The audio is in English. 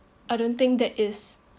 I don't think that is